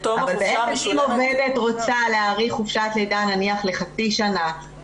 אבל אם העובדת רוצה להאריך חופשת לידה נניח לחצי שנה,